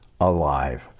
alive